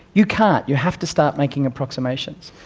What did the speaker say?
you can't, you have to start making approximations.